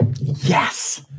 Yes